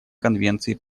конвенции